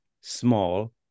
small